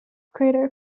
crater